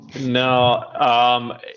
no